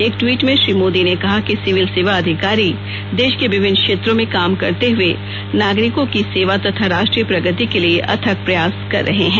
एक ट्वीट में श्री मोदी ने कहा कि सिविल सेवा अधिकारी देश के विभिन्न क्षेत्रों में काम करते हुए नागरिकों की सेवा तथा राष्ट्रीय प्रगति के लिए अथक प्रयास कर रहे है